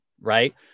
right